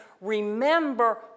Remember